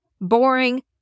boring